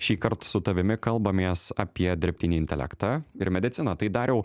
šįkart su tavimi kalbamės apie dirbtinį intelektą ir mediciną tai dariau